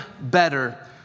better